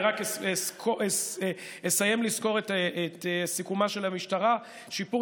אני רק אסיים לסקור את סיכומה של המשטרה: שיפור